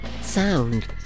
sound